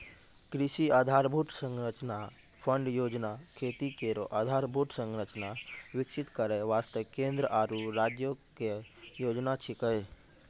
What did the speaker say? कृषि आधारभूत संरचना फंड योजना खेती केरो आधारभूत संरचना विकसित करै वास्ते केंद्र आरु राज्यो क योजना छिकै